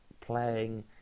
Playing